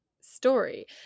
story